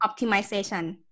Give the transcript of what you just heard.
optimization